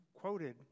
Quoted